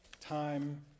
Time